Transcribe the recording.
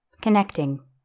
Connecting